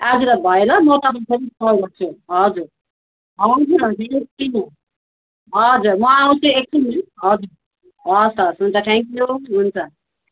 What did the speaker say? आजलाई भयो ल म तपाईँलाई फेरि कल गर्छु हजुर हजुर हजुर यति नै हजुर म आउँछु एकछिनमा हजुर हस् हस् हुन्छ थ्याङ्कयू हुन्छ